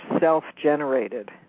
self-generated